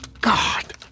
God